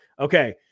Okay